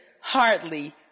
hardly